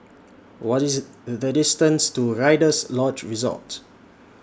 What IS The distance to Rider's Lodge Resort